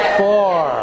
four